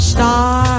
Star